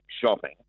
shopping